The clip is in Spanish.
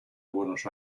buenos